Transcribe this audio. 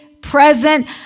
present